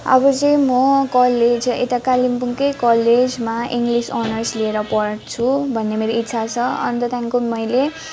अब चाहिँ म कलेज यता कालिम्पोङकै कलेजमा इङ्गलिस अनर्स लिएर पढ्छु भन्ने मेरो इच्छा छ अन्त त्यहाँदेखिको मैले